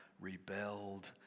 rebelled